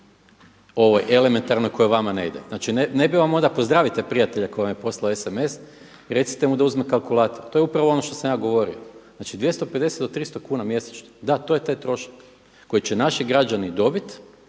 ovoj elementarnoj koja vama ne ide. Znači ne bi vam onda, pozdravite prijatelja koji vam je posao SMS i recite mu da uzme kalkulator, to je upravo ono što sam ja govorio. Znači 250 do 300 kuna mjesečno, da to je taj trošak koji će naši građani dobiti